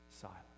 silent